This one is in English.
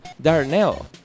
Darnell